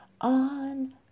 on